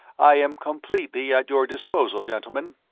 i am completely at your disposal, gentlemen.